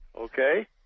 Okay